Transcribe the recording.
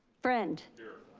friend. here.